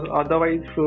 otherwise